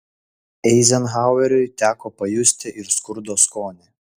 eizenhaueriui teko pajusti ir skurdo skonį